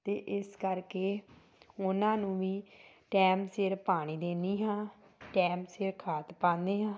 ਅਤੇ ਇਸ ਕਰਕੇ ਉਹਨਾਂ ਨੂੰ ਵੀ ਟਾਈਮ ਸਿਰ ਪਾਣੀ ਦੇਨੀ ਹਾਂ ਟਾਈਮ ਸਿਰ ਖਾਦ ਪਾਉਂਦੇ ਹਾਂ